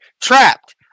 trapped